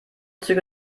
züge